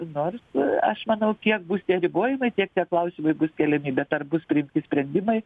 nors aš manau kiek bus tie ribojimai tiek tie klausimai bus keliami bet ar bus priimti sprendimai